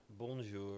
bonjour